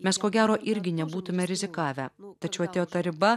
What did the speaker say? mes ko gero irgi nebūtume rizikavę tačiau atėjo ta riba